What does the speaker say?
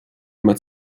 immer